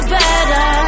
better